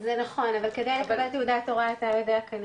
זה נכון אבל כדי לקבל תעודת הוראה אתה יודע כנראה,